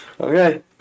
Okay